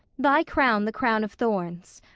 thy crown the crown of thorns.